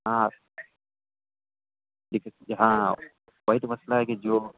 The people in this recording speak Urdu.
ہاں ٹھیک ہے جی ہاں وہی تو مسئلہ ہے کہ جو